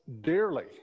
dearly